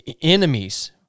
enemies